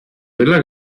della